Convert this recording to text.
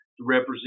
represent